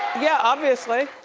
yeah, obviously.